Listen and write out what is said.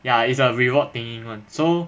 ya it's a reward thingy [one] so